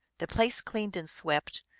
the place cleaned and swept,